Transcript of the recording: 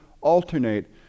alternate